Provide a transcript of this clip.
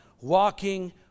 walking